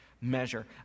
measure